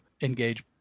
engage